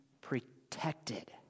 protected